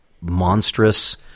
monstrous